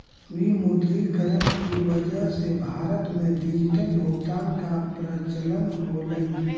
विमुद्रीकरण की वजह से भारत में डिजिटल भुगतान का प्रचलन होलई